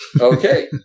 Okay